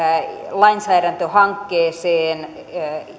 lainsäädäntöhankkeeseen